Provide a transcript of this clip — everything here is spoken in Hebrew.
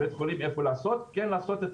בחירת בית החולים איפה לעשות את ה-TAVI,